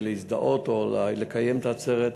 להזדהות או לקיים את העצרת,